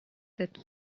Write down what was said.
that